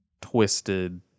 twisted